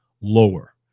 lower